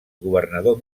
governador